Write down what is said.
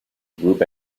group